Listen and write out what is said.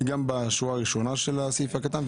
גם בשורה הראשונה של הסעיף הקטן,